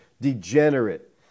degenerate